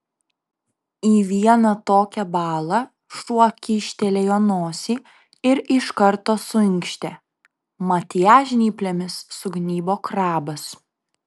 į vieną tokią balą šuo kyštelėjo nosį ir iš karto suinkštė mat ją žnyplėmis sugnybo krabas